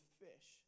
fish